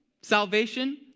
salvation